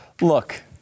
Look